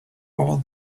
all